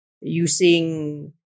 using